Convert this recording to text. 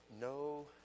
no